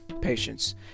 patients